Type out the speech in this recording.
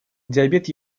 диабет